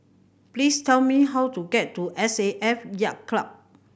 please tell me how to get to S A F Yacht Club